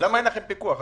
למה אין לכם פיקוח?